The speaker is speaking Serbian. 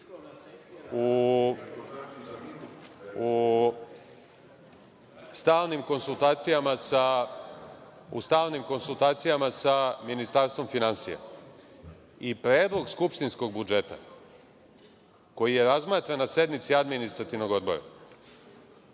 u stalnim konsultacijama sa Ministarstvom finansija. Predlog skupštinskog budžeta, koji je razmatran na sednici Administrativnog odbora,